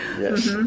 yes